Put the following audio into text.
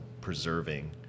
preserving